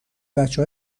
بچه